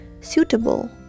suitable